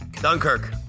Dunkirk